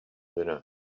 dinner